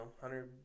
hundred